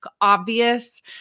obvious